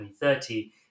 2030